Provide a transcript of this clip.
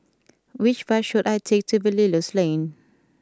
which bus should I take to Belilios Lane